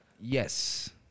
yes